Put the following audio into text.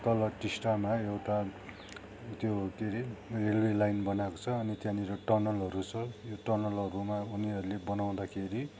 तल टिस्टामा एउटा त्यो के अरे रेलवे लाइन बनाएको छ अनि त्यहाँनिर टनलहरू छ यो टनलहरूमा उनीहरूले बनाउँदाखेरि